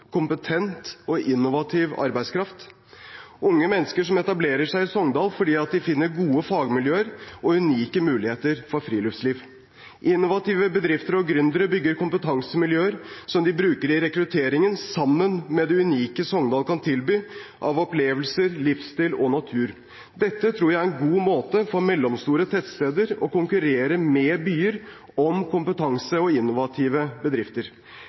kompetent og innovativ arbeidskraft – unge mennesker som etablerer seg i Sogndal fordi de finner gode fagmiljøer og unike muligheter for friluftsliv. Innovative bedrifter og gründere bygger kompetansemiljøer som de bruker i rekrutteringen, sammen med det unike Sogndal kan tilby av opplevelser, livsstil og natur. Dette tror jeg er en god måte for mellomstore tettsteder å konkurrere med byer om kompetanse og innovative bedrifter,